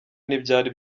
ntibyari